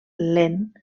lent